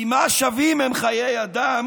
כי מה שווים הם חיי אדם